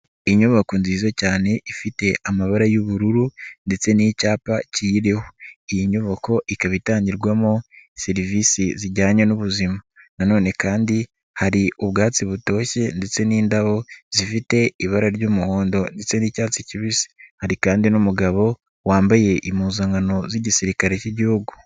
Inyubako nziza cyane ifite amabara y'ubururu ndetse n'icyapa kiyiriho, iyi nyubako ikaba itangirwamo serivisi zijyanye n'ubuzima, nanone kandi hari ubwatsi butoshye ndetse n'indabo zifite ibara ry'umuhondo ndetse n'icyatsi kibisi, hari kandi n'umugabo wambaye impuzankano z'Igisirikare cy'Igihugu.